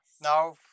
now